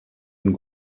and